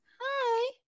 Hi